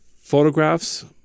Photographs